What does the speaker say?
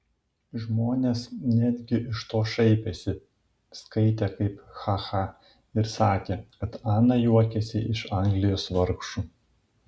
žmonės netgi iš to šaipėsi skaitė kaip ha ha ir sakė kad ana juokiasi iš anglijos vargšų